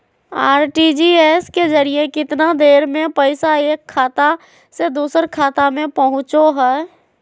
RTGS के जरिए कितना देर में पैसा एक खाता से दुसर खाता में पहुचो है?